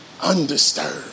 undisturbed